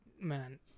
man